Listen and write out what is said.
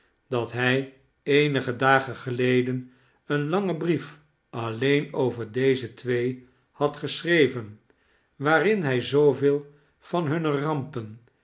dat hij eenige dagen geleden een langen brief alleen over deze twee had geschreven waarin hij zooveel van hunne rampen